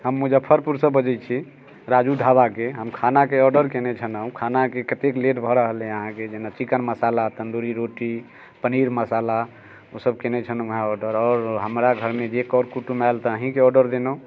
हम मुजफ्फरपुरसँ बजैत छी राजू ढाबा के हम खानाके ऑर्डर कयने छलहुँ खानाके कतेक लेट भऽ रहल अइ अहाँकेँ जेना चिकेन मसाला तन्दूरी रोटी पनीर मसाला ओ सभ कयने छलहुँ हँ ऑर्डर आओर हमरा घरमे जे कर कुटुम्ब आएल तऽ एहिके ऑर्डर देलहुँ